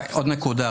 עוד נקודה.